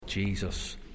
Jesus